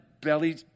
belly